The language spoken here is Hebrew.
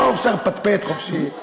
פה אפשר לפטפט חופשי ולהפריע.